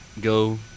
go